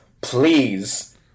please